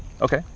Okay